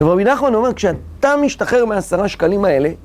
ובמידה אחרונה הוא אומר, כשאתה משתחרר מה10 שקלים האלה...